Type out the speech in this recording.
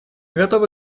готовы